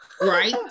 right